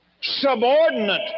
subordinate